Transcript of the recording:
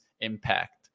impact